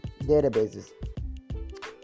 databases